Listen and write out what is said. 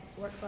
workflow